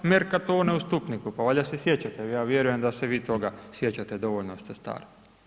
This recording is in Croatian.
Mercatone u Stupniku, pa valjda se sjećate, ja vjerujem da se vi toga sjećate, dovoljno ste stari.